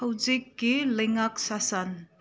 ꯍꯧꯖꯤꯛꯀꯤ ꯂꯩꯉꯥꯛ ꯁꯥꯁꯟ